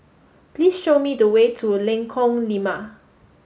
please show me the way to Lengkong Lima